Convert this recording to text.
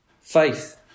Faith